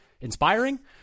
inspiring